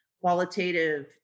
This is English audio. qualitative